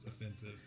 offensive